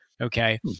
Okay